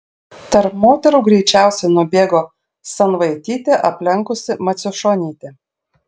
tarp moterų greičiausiai nubėgo sanvaitytė aplenkusi maciušonytę